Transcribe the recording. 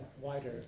wider